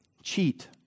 cheat